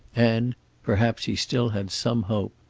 and perhaps he still had some hope.